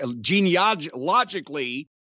genealogically